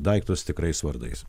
daiktus tikrais vardais